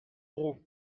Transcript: gros